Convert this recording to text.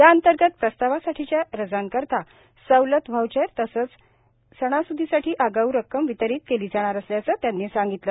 याअंतर्गत प्रवासासाठीच्या रजांकरता सवलत व्हाऊचर तसंच सणास्दीसाठी अगाऊ रक्कम वितरीत केली जाणार असल्याचं त्यांनी सांगितलं